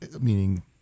meaning